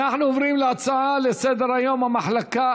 אנחנו עוברים להצעות לסדר-היום בנושא: המחלקה